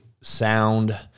sound